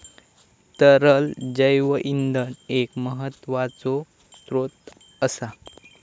तरल जैव इंधन एक महत्त्वाचो स्त्रोत असा